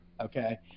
okay